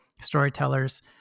storytellers